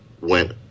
went